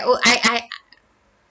I'll I I